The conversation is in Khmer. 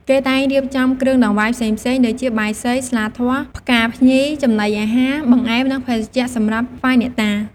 គេតែងរៀបចំគ្រឿងដង្វាយផ្សេងៗដូចជា បាយសី ស្លាធម៌ ផ្កាភ្ញី ចំណីអាហារ បង្អែម និងភេសជ្ជៈ សម្រាប់ថ្វាយអ្នកតា។